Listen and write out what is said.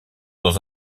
dans